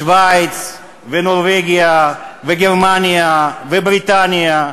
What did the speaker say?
שווייץ ונורבגיה וגרמניה ובריטניה,